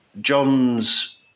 John's